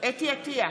חוה אתי עטייה,